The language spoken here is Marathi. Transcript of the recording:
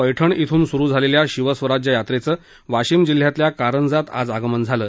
पैठण इथून सुरू झालेल्या शिवस्वराज्य यात्रेचं वाशिम जिल्ह्यातल्या कारंजात आज आगमन झालं